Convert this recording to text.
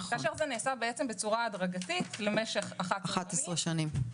כאשר זה נעשה בצורה הדרגתית למשך 11 שנים.